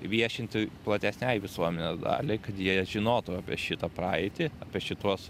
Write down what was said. viešinti platesnei visuomenės daliai kad jie žinotų apie šitą praeitį apie šituos